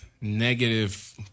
negative